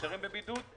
נשארים בבידוד,